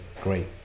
great